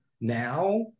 now